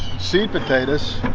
seed potatoes.